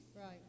Right